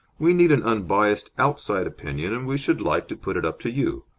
we need an unbiased outside opinion, and we should like to put it up to you.